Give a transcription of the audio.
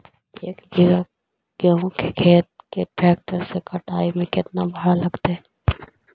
एक बिघा गेहूं के खेत के ट्रैक्टर से कटाई के केतना भाड़ा लगतै?